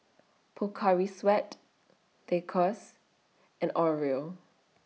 Pocari Sweat Lacoste and Oreo